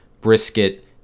brisket